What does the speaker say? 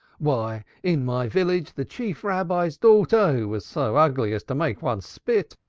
why in my village the chief rabbi's daughter, who was so ugly as to make one spit